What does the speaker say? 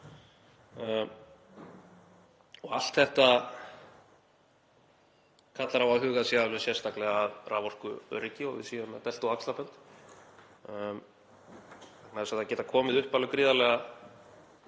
Allt þetta kallar á að hugað sé alveg sérstaklega að raforkuöryggi og að við séum með belti og axlabönd vegna þess að það geta komið upp alveg gríðarlega